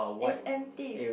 is empty